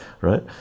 right